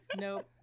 nope